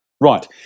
Right